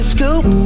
Scoop